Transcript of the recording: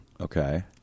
Okay